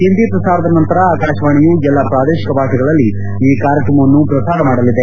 ಹಿಂದಿ ಪ್ರಸಾರದ ನಂತರ ಆಕಾಶವಾಣಿಯು ಎಲ್ಲಾ ಪ್ರಾದೇಶಿಕ ಭಾಷೆಗಳಲ್ಲಿ ಈ ಕಾರ್ಯಕ್ರಮವನ್ನು ಪ್ರಸಾರ ಮಾಡಲಿದೆ